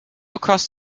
across